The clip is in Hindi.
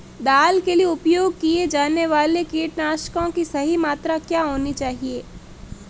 दाल के लिए उपयोग किए जाने वाले कीटनाशकों की सही मात्रा क्या होनी चाहिए?